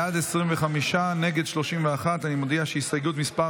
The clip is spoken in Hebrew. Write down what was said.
בעד, 25, נגד, 31. אני מודיע שהסתייגות מס'